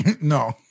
No